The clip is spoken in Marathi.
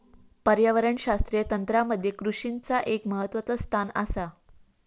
पर्यावरणशास्त्रीय तंत्रामध्ये कृषीचा एक महत्वाचा स्थान आसा